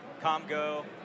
Comgo